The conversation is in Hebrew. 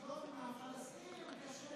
שלום עם הפלסטינים קשור